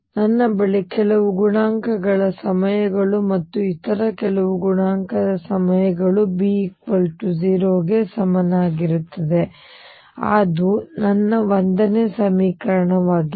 ನನ್ನ ಬಳಿ ಕೆಲವು ಗುಣಾಂಕಗಳ ಸಮಯಗಳು ಮತ್ತು ಇತರ ಕೆಲವು ಗುಣಾಂಕದ ಸಮಯಗಳು B0 ಸಮನಾಗಿರುತ್ತದೆ ಅದು ನನ್ನ 1 ನೇ ಸಮೀಕರಣವಾಗಿದೆ